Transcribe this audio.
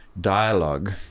dialogue